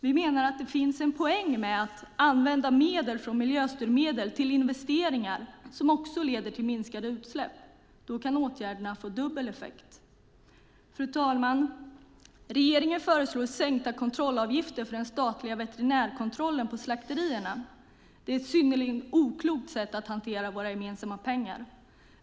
Vi menar att det finns en poäng med att använda medel från miljöstyrmedel till investeringar som också leder till minskade utsläpp. Då kan åtgärderna få dubbel effekt. Fru talman! Regeringen föreslår sänkta kontrollavgifter för den statliga veterinärkontrollen på slakterierna. Det är ett synnerligen oklokt sätt att hantera våra gemensamma pengar.